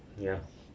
ya